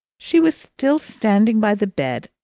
she was still standing by the bed,